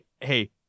hey